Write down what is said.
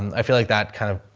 i feel like that kind of,